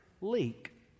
leak